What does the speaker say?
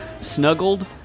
snuggled